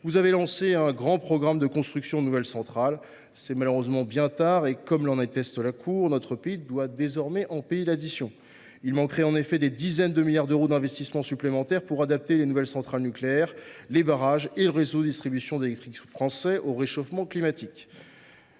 il a lancé un grand programme de construction de nouvelles centrales. C’est malheureusement bien tard ; la Cour atteste que notre pays doit désormais en payer l’addition. Il manquerait en effet des dizaines de milliards d’euros d’investissements supplémentaires pour adapter les nouvelles centrales nucléaires, les barrages et le réseau français de distribution d’électricité au réchauffement climatique.